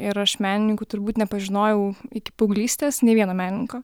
ir aš menininkų turbūt nepažinojau iki paauglystės nei vieno menininko